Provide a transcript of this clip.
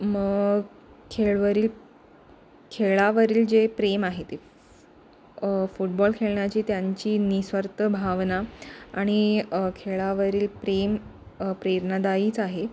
मग खेळवरील खेळावरील जे प्रेम आहे ते फुटबॉल खेळण्याची त्यांची निःस्वार्थ भावना आणि खेळावरील प्रेम प्रेरणादायीच आहे